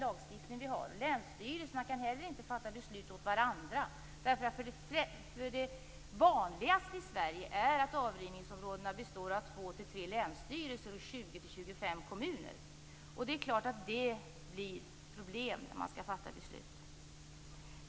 Man kan inte fatta beslut åt varandra. Det vanligaste i Sverige är att avrinningsområdena består av 2-3 länsstyrelser och 20-25 kommuner. Det är klart att det då uppstår problem när man skall fatta beslut.